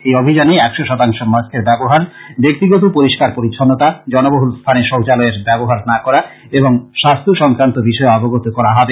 এই অভিযানে একশ শতাংশ মাস্কের ব্যবহার ব্যাক্তিগত পরিষ্কার পরিষ্ছন্নতা জনবহুল স্থানে শৌচালয়ের ব্যবহার না করা এবং স্বাস্থ্য সংক্রান্ত বিষয়ে অবগত করা হবে